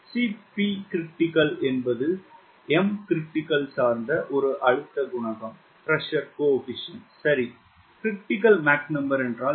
Cp critical என்பது Mcritical சார்ந்த ஒரு அழுத்தம் குணகம் சரி Mcritical என்றால் என்ன